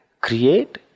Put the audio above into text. create